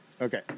Okay